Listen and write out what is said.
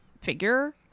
figure